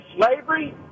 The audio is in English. slavery